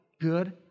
good